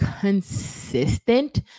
consistent